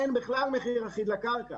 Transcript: אין בכלל מחיר אחיד לקרקע.